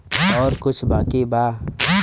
और कुछ बाकी बा?